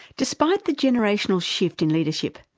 despite the generational shift in leadership,